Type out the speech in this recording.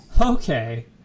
okay